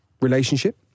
relationship